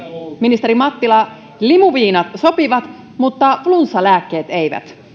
ministeri mattila limuviinat sopivat mutta flunssalääkkeet eivät